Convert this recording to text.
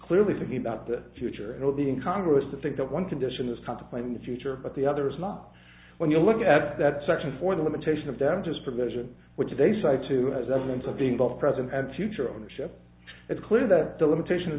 clearly thinking about the future it will be in congress to think that one condition is contemplating the future but the other is not when you look at that section for the limitation of damages provision which they cite too as evidence of being both present and future ownership it's clear that the limitation